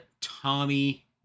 tommy